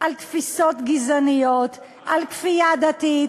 על תפיסות גזעניות, על כפייה דתית,